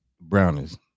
brownies